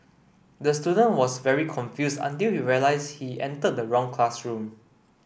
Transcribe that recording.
the student was very confused until he realise he entered the wrong classroom